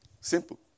Simple